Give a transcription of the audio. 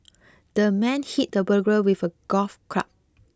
the man hit the burglar with a golf club